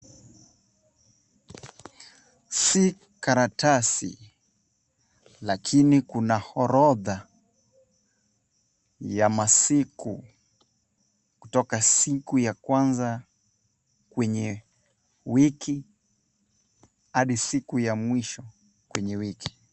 Si karatasi lakini kuna orodha ya masiku kutoka siku ya kwanza kwenye wiki hadi siku ya mwisho kwenye wiki.